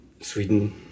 Sweden